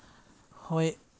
ꯍꯣꯏ